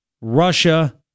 Russia